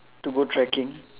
to go trekking